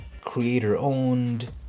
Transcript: creator-owned